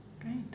Great